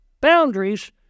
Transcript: Boundaries